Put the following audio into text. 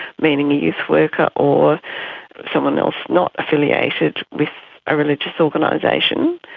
meaning a youth worker or someone else not affiliated with a religious organisation.